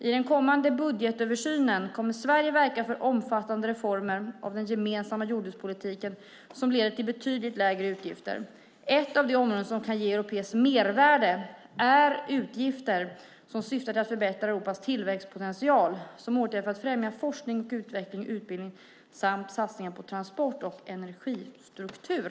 I den kommande budgetöversynen kommer Sverige att verka för omfattande reformer av den gemensamma jordbrukspolitiken som leder till betydligt lägre utgifter. Ett av de områden som kan ge europeiskt mervärde är utgifter som syftar till att förbättra Europas tillväxtpotential, som åtgärder för att främja forskning och utveckling, utbildning samt satsningar på transport och energiinfrastruktur.